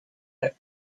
that